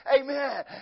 Amen